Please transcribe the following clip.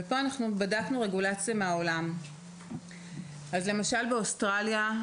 בהקשר זה בדקנו רגולציה מהעולם: באוסטרליה למשל,